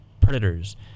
Predators